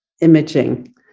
Imaging